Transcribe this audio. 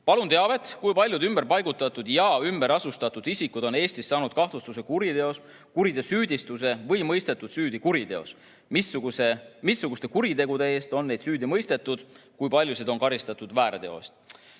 "Palun teavet, kui paljud ümberpaigutatud ja ümberasustatud isikud on Eestis saanud kahtlustuse kuriteos, kuriteosüüdistuse või mõistetud süüdi kuriteos? Missuguste kuritegude eest on neid süüdi mõistetud? Kui paljusid on karistatud väärteo